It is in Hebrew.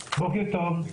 טוב,